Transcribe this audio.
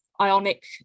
Ionic